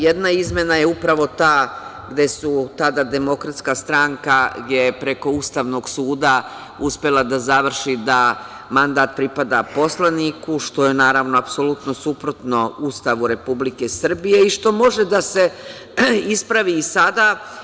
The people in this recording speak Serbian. Jedna izmena je upravo ta gde je tada DS, preko Ustavnog suda, uspela da završi da mandat pripada poslaniku, što je, naravno, apsolutno suprotno Ustavu Republike Srbije i što može da se ispravi i sada.